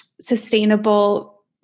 sustainable